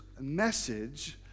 message